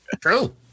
true